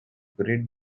great